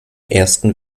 ersten